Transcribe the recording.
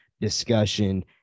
discussion